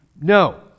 No